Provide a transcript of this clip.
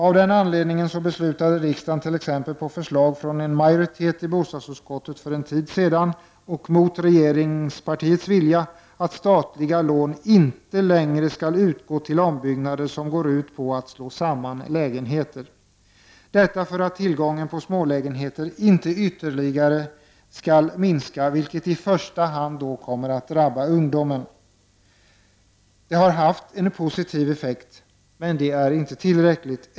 Av den anledningen beslutade riksdagen, på förslag från en majoritet i bostadsutskottet, för en tid sedan, mot regeringspartiets vilja, att statliga lån inte längre skall utgå till ombyggnader som går ut på att slå samman lägenheter, detta för att tillgången på smålägenheter inte ytterligare skall minska, vilket i första hand drabbar ungdomen. Detta har haft en positiv effekt. Men den är inte tillräcklig.